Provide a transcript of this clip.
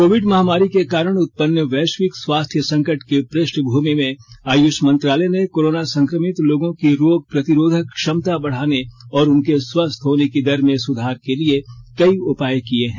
Covid महामारी के कारण उत्पन्न वैश्विक स्वास्थ्य संकट की पृष्ठभूमि में आयुष मंत्रालय ने कोरोना संक्रमित लोगों की रोग प्रतिरोधक क्षमता बढ़ाने और उनके स्वस्थ होने की दर में सुधार के लिए कई उपाय किए हैं